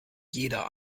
jeder